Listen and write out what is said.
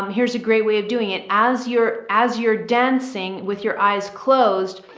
um here's a great way of doing it as you're, as you're dancing with your eyes closed,